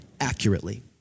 accurately